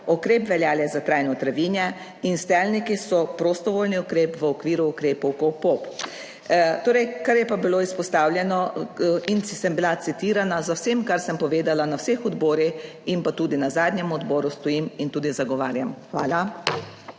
ukrep velja le za trajno travinje in stelniki so prostovoljni ukrep v okviru ukrepov KOPOP. Torej, kar je pa bilo izpostavljeno in sem bila citirana, za vsem, kar sem povedala na vseh odborih in pa tudi na za njem odboru, stojim in tudi zagovarjam. Hvala.